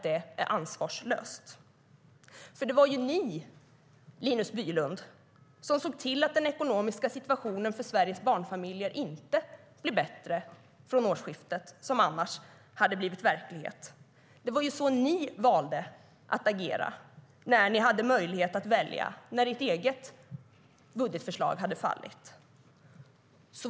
Det är ansvarslöst. Det var ni, Linus Bylund, som såg till att den ekonomiska situationen för Sveriges barnfamiljer inte blir bättre från årsskiftet, vilket annars hade blivit verklighet. Det var så ni valde att agera när ni hade möjlighet att välja, när ert eget budgetförslag hade fallit.